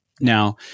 Now